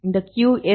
இந்த QSAR